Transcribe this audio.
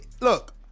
look